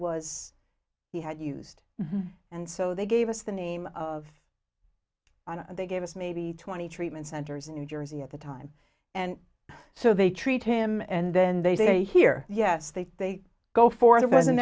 was he had used and so they gave us the name of ana they gave us maybe twenty treatment centers in new jersey at the time and so they treat him and then they say here yes they they go for